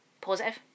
positive